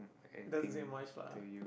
it doesn't take much lah